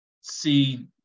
see